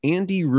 Andy